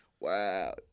wow